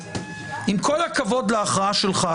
עם כל הכבוד להכרעה שלך,